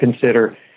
consider